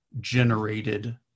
generated